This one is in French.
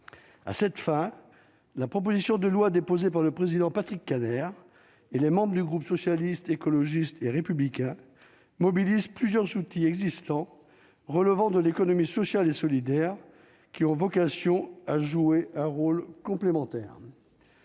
à cette fin, la proposition de loi déposée par le président Patrick Kanner, et les membres du groupe socialiste, écologiste et républicain mobilise plusieurs outils existants, relevant de l'économie sociale et solidaire qui ont vocation à jouer un rôle complémentaire.